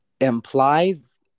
implies